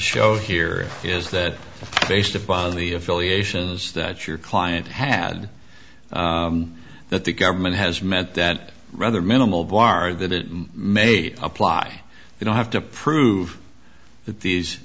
show here is that based upon the affiliations that your client had that the government has meant that rather minimal bar that it may apply you don't have to prove that these